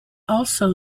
also